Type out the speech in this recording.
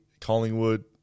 Collingwood